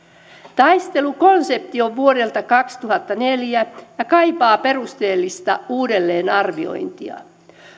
taistelukonsepti on vuodelta kaksituhattaneljä ja kaipaa perusteellista uudelleenarviointia